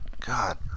God